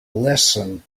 listen